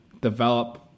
develop